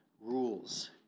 rules